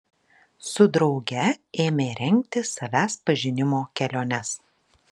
su drauge ėmė rengti savęs pažinimo keliones